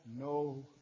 no